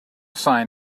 sign